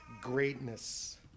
greatness